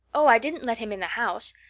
oh, i didn't let him in the house.